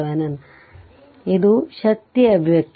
ಆದ್ದರಿಂದ ಇದು ಶಕ್ತಿ ಅಭಿವ್ಯಕ್ತಿ